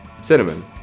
cinnamon